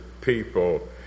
people